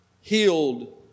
healed